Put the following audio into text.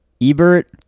Ebert